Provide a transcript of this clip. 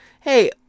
hey